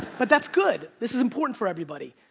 but that's good. this is important for everybody.